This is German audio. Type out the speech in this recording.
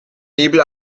nebel